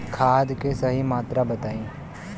खाद के सही मात्रा बताई?